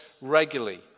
regularly